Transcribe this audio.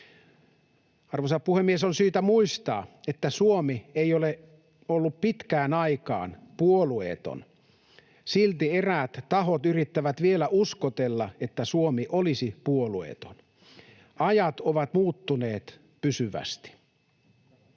Arvoisa puhemies! On syytä muistaa, että Suomi ei ole ollut pitkään aikaan puolueeton. Silti eräät tahot yrittävät vielä uskotella, että Suomi olisi puolueeton. Ajat ovat muuttuneet pysyvästi.